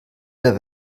der